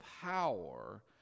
power